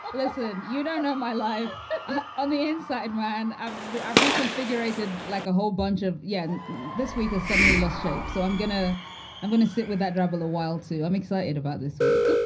but listen, you don't know my life on the inside, man. i've read every configurator. like a whole bunch of. yes. this week i suddenly lost sheep. so i'm gonna i'm going to sit with that rabble a while, too. i'm excited about this week